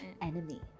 Enemy